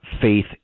faith